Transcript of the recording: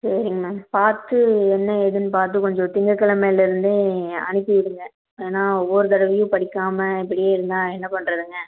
சரிங்க மேம் பார்த்து என்ன ஏதுன்னு பார்த்து கொஞ்சம் திங்கக்கிழமையிலருந்து அனுப்பி விடுங்க ஏன்னா ஒவ்வொரு தடவையும் படிக்காமல் இப்படியே இருந்தால் என்ன பண்றதுங்க